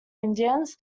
indians